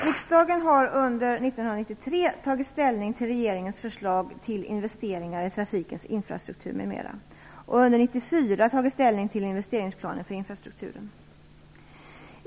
Riksdagen har under 1993 tagit ställning till regeringens förslag till investeringar i trafikens infrastruktur m.m. och under 1994 tagit ställning för investeringsplaner för infrastrukturen.